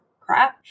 crap